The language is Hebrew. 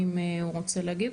האם אתה רוצה לדבר?